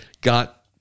got